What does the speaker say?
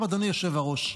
אדוני היושב-ראש,